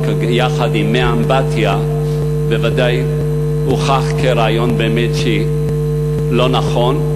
עם מי האמבטיה ודאי הוכח כרעיון לא נכון.